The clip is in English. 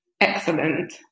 excellent